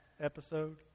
episode